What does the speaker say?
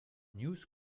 news